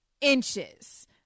inches